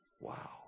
Wow